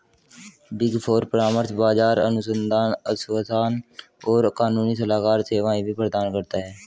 big four परामर्श, बाजार अनुसंधान, आश्वासन और कानूनी सलाहकार सेवाएं भी प्रदान करता है